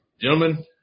Gentlemen